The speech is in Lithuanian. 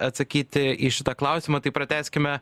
atsakyti į šitą klausimą tai pratęskime